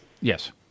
Yes